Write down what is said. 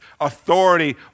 authority